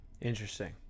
Interesting